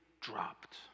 dropped